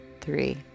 three